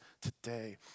today